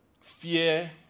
fear